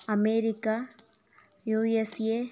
America USA